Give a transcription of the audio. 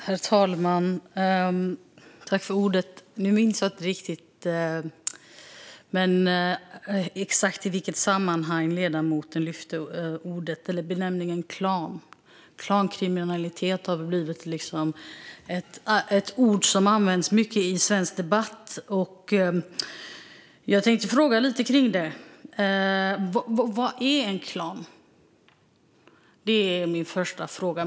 Herr talman! Jag minns inte riktigt exakt i vilket sammanhang ledamoten lyfte upp benämningen klan. Klankriminalitet har blivit ett ord som används mycket i svensk debatt, och jag tänkte ställa frågor om detta. Vad är en klan?